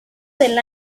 del